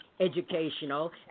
educational